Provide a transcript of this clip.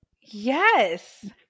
Yes